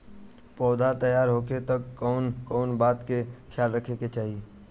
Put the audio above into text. पौधा तैयार होखे तक मे कउन कउन बात के ख्याल रखे के चाही?